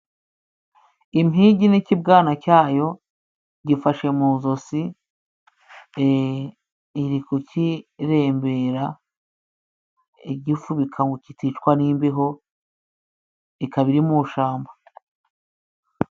Impigi n'ikibwana cyayo igifashe mu zosi e iri kukirembera, igifubika ngo kiticwa n'imbeho ikaba iri mu ishamba.